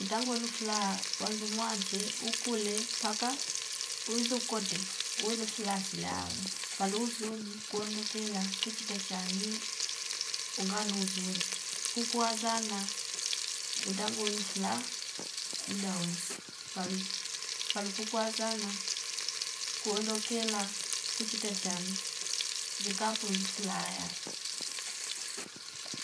ntangu welu fulaha wanzu mwanje ukule paka uzu kote welu fulaha silawe paluuzuni kuondokela kuchi tachani unga nuu uzuni kukuwazana utangulu fulaha mdaa wonsi palip palukukuwazana kuondokela kuchi techani vikapunju fulaha ya